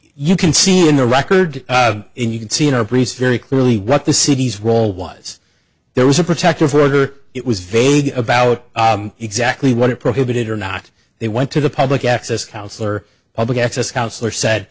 you can see in the record and you can see in our priests very clearly what the city's role was there was a protective order it was vague about exactly what it prohibited or not they went to the public access counselor public access counselor said